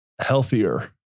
healthier